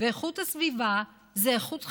ואיכות הסביבה זה איכות חיים.